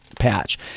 patch